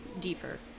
deeper